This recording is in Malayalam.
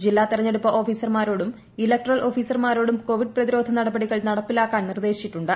ജില്ലാ തെരഞ്ഞെടുപ്പ് ഓഫീസർമാരോടും ഇലക്ടറൽ ഓഫീസർമാരോടും കോവിഡ് പ്രതിരോധ നടപടികൾ നടപ്പിലാക്കാൻ നിർദ്ദേശിച്ചിട്ടുണ്ട്